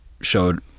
showed